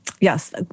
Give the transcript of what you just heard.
Yes